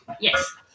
Yes